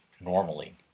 normally